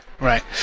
Right